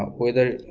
whether